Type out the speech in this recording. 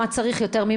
ממה צריך יותר.